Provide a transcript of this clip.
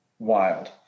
Wild